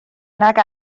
nag